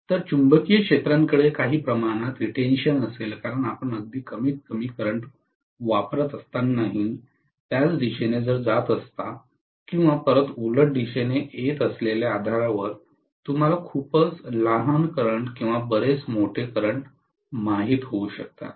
तर चुंबकीय क्षेत्राकडे काही प्रमाणात रिटेंशन असेल कारण आपण अगदी कमीतकमी करंट वापरत असतानाही त्याच दिशेने जात असता किंवा परत उलट दिशेने येत असलेल्या आधारावर तुम्हाला खूपच लहान करंट किंवा बरेच मोठे करंट माहित होऊ शकतात